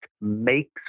makes